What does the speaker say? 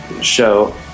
show